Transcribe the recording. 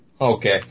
okay